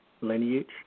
lineage